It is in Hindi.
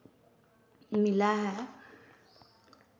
मिला है